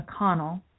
McConnell